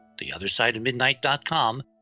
theothersideofmidnight.com